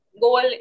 goal